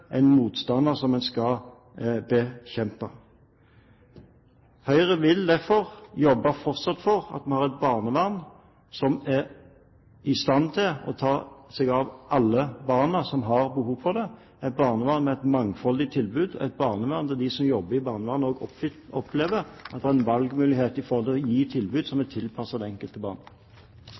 en motstander, som man skal bekjempe. Høyre vil derfor fortsatt jobbe for at man har et barnevern som er i stand til å ta seg av alle barna som har behov for det, et barnevern med et mangfoldig tilbud, der de som jobber, også opplever at de har en valgmulighet for å gi et tilbud som er tilpasset det enkelte barn.